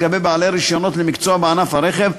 לגבי בעלי רישיונות למקצוע בענף הרכב,